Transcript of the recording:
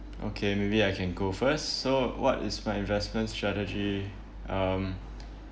okay maybe I can go first so what is my investment strategy um